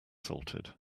salted